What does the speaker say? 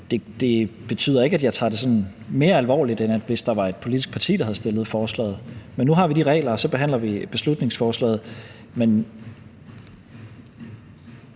betyder ikke, at jeg tager det sådan mere alvorligt, end hvis det var et politisk parti, der havde fremsat forslaget. Nu har vi de regler, og så behandler vi beslutningsforslaget.